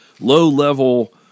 low-level